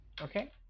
Okay